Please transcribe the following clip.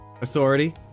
Authority